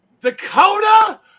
Dakota